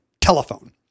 telephone